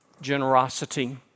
generosity